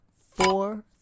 four